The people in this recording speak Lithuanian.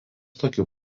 tokių